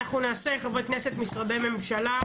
אנחנו נשמע לסירוגין חברי כנסת ומשרדי ממשלה.